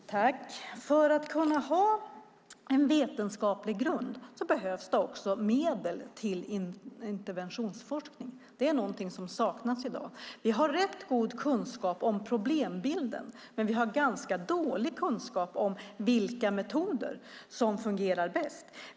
Herr talman! För att kunna ha en vetenskaplig grund behövs det medel till interventionsforskning. Det saknas i dag. Vi har rätt god kunskap om problembilden, men vi har ganska dålig kunskap om vilka metoder som fungerar bäst.